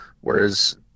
Whereas